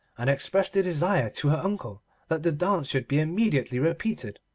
and expressed a desire to her uncle that the dance should be immediately repeated.